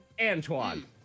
Antoine